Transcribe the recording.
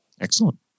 Excellent